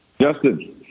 Justin